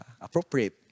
appropriate